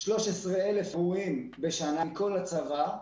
13,000 אירועים בשנה מכל הצבא,